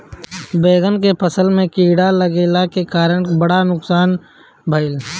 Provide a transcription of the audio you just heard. बैंगन के फसल में कीड़ा लगले के कारण बड़ा नुकसान भइल